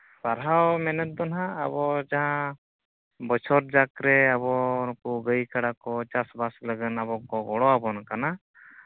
ᱥᱟᱨᱦᱟᱣ ᱢᱮᱱᱮᱫ ᱫᱚ ᱦᱟᱸᱜ ᱟᱵᱚ ᱡᱟᱦᱟᱸ ᱵᱚᱪᱷᱚᱨ ᱡᱟᱠ ᱨᱮ ᱟᱵᱚ ᱜᱟᱹᱭ ᱠᱟᱰᱟ ᱠᱚ ᱪᱟᱥᱵᱟᱥ ᱞᱟᱹᱜᱤᱫ ᱟᱵᱚ ᱠᱚ ᱜᱚᱲᱚ ᱟᱵᱚᱱ ᱠᱟᱱᱟ